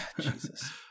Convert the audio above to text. Jesus